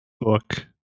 book